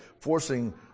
forcing